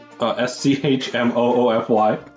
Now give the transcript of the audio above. S-C-H-M-O-O-F-Y